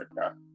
Africa